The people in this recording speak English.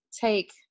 take